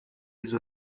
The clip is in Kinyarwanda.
izo